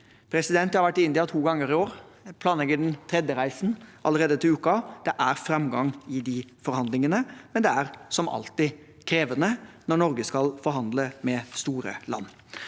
og Vietnam. Jeg har vært i India to ganger i år. Jeg planlegger den tredje reisen allerede til uken. Det er framgang i de forhandlingene, men det er, som alltid, krevende når Norge skal forhandle med store land.